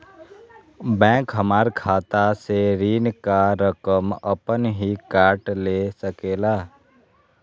Bank हमार खाता से ऋण का रकम अपन हीं काट ले सकेला?